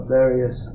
various